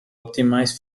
optimize